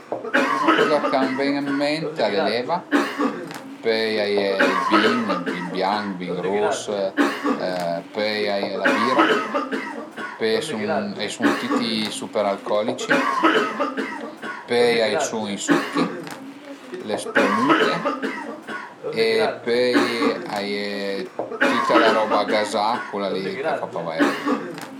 La prima coza ch'a më ven ën ment al e l'eva, pöi a ie ël vin, ël vin bianch, ël vin rus, pöi a ie la bira, pöi a i sun a i sun tüti i superalcolici, pöi a i sun i succhi, le spremüte e pöi a ie tüta la roba gazà, cula li ch'a fa pa vaire bin